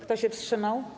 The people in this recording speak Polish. Kto się wstrzymał?